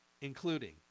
including